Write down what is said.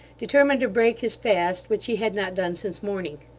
determined to break his fast, which he had not done since morning.